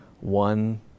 one